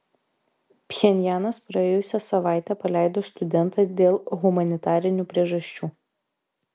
pchenjanas praėjusią savaitę paleido studentą dėl humanitarinių priežasčių